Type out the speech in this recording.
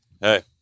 hey